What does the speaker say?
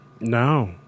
No